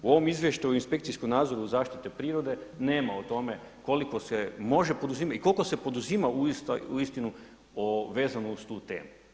U ovom izvještaju o inspekcijskom nadzoru zaštite prirode nema o tome koliko se može poduzimati i koliko se poduzima uistinu vezano uz tu temu.